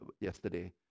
yesterday